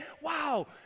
wow